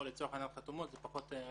או חתומות, לצורך העניין זה פחות רלוונטי,